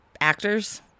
actors